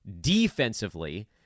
defensively